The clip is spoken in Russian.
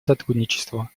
сотрудничество